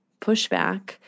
pushback